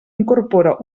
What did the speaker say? incorpora